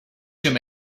them